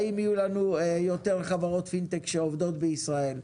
האם יהיו לנו יותר חברות פינטק שעובדות בישראל?